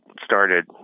started